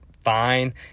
fine